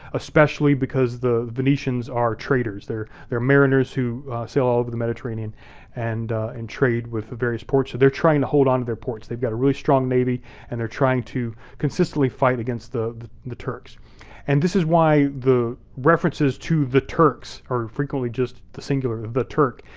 especially because the venetians are traders. they're they're mariners who sail all over the mediterranean and and trade with the various ports. they're trying to hold onto their ports. they've got a really strong navy and they're trying to consistently fight against the the turks and this is why the references to the turks are frequently just the singular, the turk,